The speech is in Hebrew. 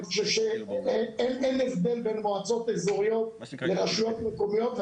אני חושב שאין הבדל בין מועצות אזוריות לרשויות מקומיות.